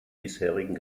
bisherigen